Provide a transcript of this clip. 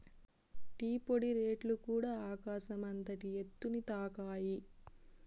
tea పొడి రేట్లుకూడ ఆకాశం అంతటి ఎత్తుని తాకాయి